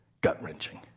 Gut-wrenching